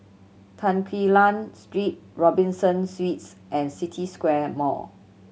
Tan Quee Lan Street Robinson Suites and City Square Mall